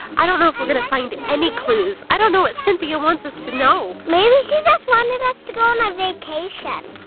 i don't know if we're gonna find any clues. i don't know what cynthia wants us to know. maybe she just wanted us to go on a vacation.